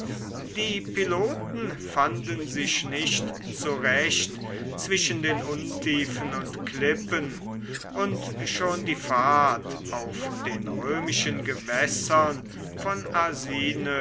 die piloten fanden sich nicht zurecht zwischen den untiefen und klippen und schon die fahrt auf den römischen gewässern von